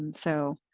so